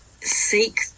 seek